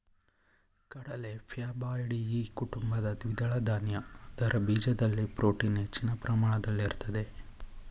ಕಡಲೆ ಫ್ಯಾಬಾಯ್ಡಿಯಿ ಕುಟುಂಬದ ದ್ವಿದಳ ಧಾನ್ಯ ಅದರ ಬೀಜದಲ್ಲಿ ಪ್ರೋಟೀನ್ ಹೆಚ್ಚಿನ ಪ್ರಮಾಣದಲ್ಲಿರ್ತದೆ